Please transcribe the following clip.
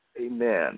Amen